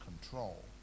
control